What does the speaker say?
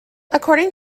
according